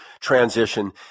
transition